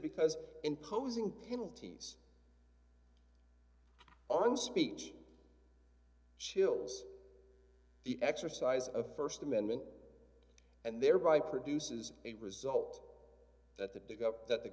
because imposing penalties on speech chills the exercise of st amendment and thereby produces a result that the dig up that the